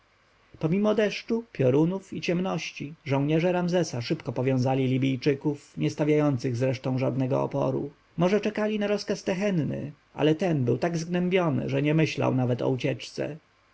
pomimo deszczu piorunów i ciemności żołnierze ramzesa szybko powiązali libijczyków nie stawiających zresztą żadnego oporu może czekali na rozkaz tehenny ale ten był tak zgnębiony że nie myślał nawet o ucieczce